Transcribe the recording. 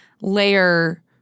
layer